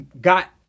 got